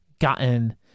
gotten